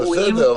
זה בסדר,